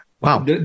Wow